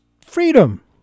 freedom